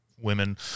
Women